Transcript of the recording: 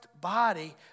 body